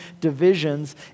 divisions